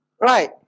Right